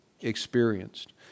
experienced